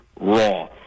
raw